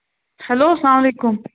hello اسلام علیکُم